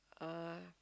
uh